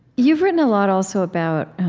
you've written a lot also about